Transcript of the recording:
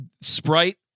Sprite